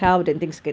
ya